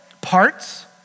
parts